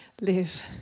live